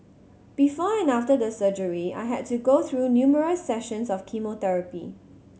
before and after the surgery I had to go through numerous sessions of chemotherapy